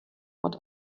what